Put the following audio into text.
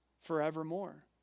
forevermore